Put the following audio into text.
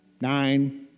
nine